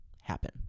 happen